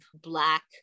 Black